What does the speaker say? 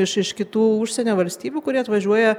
iš iš kitų užsienio valstybių kurie atvažiuoja